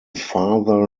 farther